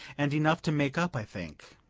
and enough to make up, i think.